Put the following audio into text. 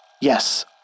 Yes